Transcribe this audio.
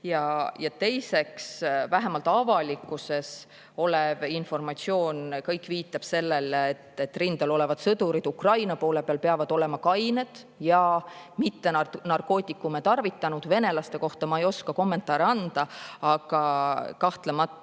Ja teiseks, kogu avalikkuses olev informatsioon viitab sellele, et rindel olevad sõdurid Ukraina poole peal peavad olema kained ja mitte narkootikume tarvitanud. Venelaste kohta ma ei oska kommentaare anda. Aga kahtlemata,